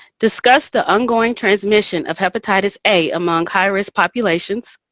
discuss the ongoing transmission of hepatitis a among high-risk populations.